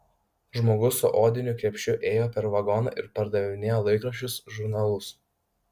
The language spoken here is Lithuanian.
žmogus su odiniu krepšiu ėjo per vagoną ir pardavinėjo laikraščius žurnalus